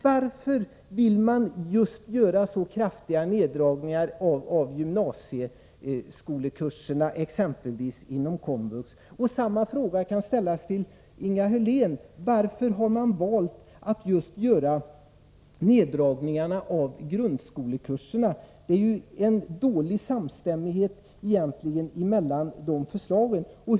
Varför vill man exempelvis göra så kraftiga neddragningar av exempelvis gymnasieskolekurserna inom Komvux? Samma fråga kan ställas till Inga Hörlén: Varför har man valt att göra neddragningarna på just grundskolekurserna? Det är ju en dålig samstämmighet mellan de båda förslagen.